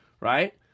right